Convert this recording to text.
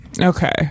Okay